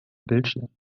bildschirm